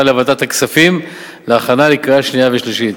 לוועדת הכספים להכנה לקריאה שנייה ושלישית.